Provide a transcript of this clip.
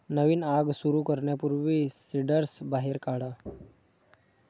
नवीन आग सुरू करण्यापूर्वी सिंडर्स बाहेर काढा